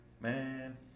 man